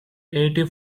eighty